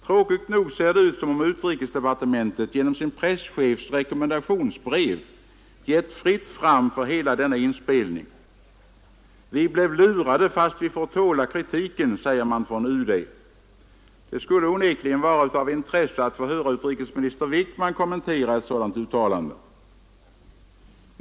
Tråkigt nog ser det ut som om utrikesdepartementet genom sin presschefs rekommendationsbrev gett fritt fram för hela denna inspelning. ”Vi blev lurade, fast vi får tåla kritiken”, säger man från UD. Det skulle onekligen vara av intresse att få höra utrikesminister Wickman kommentera ett sådant uttalande!